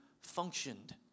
functioned